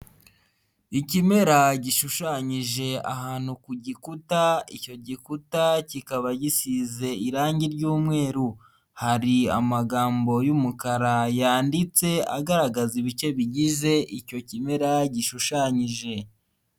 Ikimera gishushanyije ahantu ku gikuta, icyo gikuta kikaba gisize irangi ry'umweru, hari amagambo y'umukara yanditse agaragaza ibice bigize icyo kimera gishushanyije.